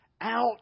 Out